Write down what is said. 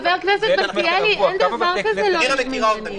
חבר הכנסת מלכיאלי, אין דבר כזה שלא יהיו מניינים.